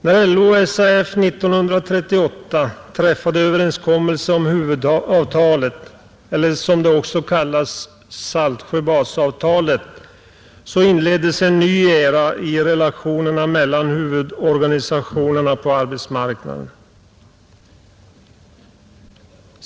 När LO och SAF år 1938 träffade överenskommelse om huvudavtalet eller som det också kallas Saltsjöbadsavtalet, inleddes en ny era i relationerna mellan huvudorganisationerna på arbetsmarknaden.